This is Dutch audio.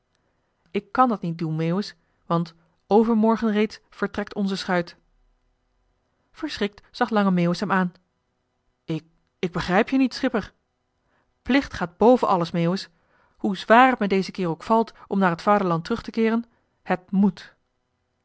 ik kàn dat niet doen meeuwis want overmorgen reeds vertrekt onze schuit verschrikt zag lange meeuwis hem aan ik ik begrijp je niet schipper plicht gaat boven alles meeuwis hoe zwaar het me dezen keer ook valt om naar het vaderland terug te keeren het moet